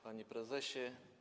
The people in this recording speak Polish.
Panie Prezesie!